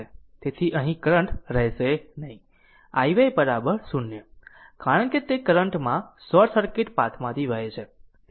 તેથી અહીં કરંટ રહેશે નહીં iy 0 કારણ કે તે કરંટ માં શોર્ટ સર્કિટ પાથમાંથી વહે છે